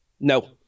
No